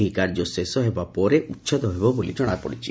ଏହି କାର୍ଯ୍ୟ ଶେଷ ହେବା ପରେ ଉଛେଦ ହେବ ବୋଲି ଜଣାଯାଇଛି